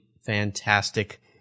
fantastic